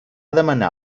demanar